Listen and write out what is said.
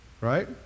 right